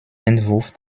entwurf